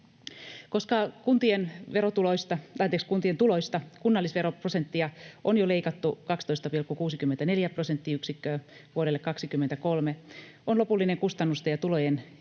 Koska kuntien tuloista kunnallisveroprosenttia on jo leikattu 12,64 prosenttiyksikköä vuodelle 23, on lopullinen kustannusten ja tulojen erotus